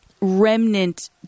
remnant